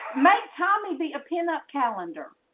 may tommy be a pinup calendar?